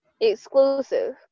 exclusive